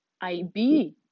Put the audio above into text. ib